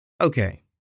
Okay